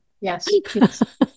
Yes